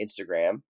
Instagram